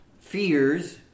fears